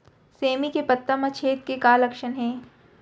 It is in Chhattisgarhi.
सेमी के पत्ता म छेद के का लक्षण हे?